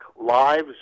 Lives